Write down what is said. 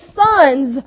sons